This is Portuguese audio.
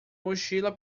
mochila